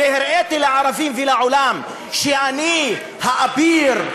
והראיתי לערבים ולעולם שאני האביר,